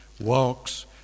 Walks